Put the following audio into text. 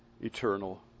eternal